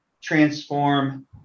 transform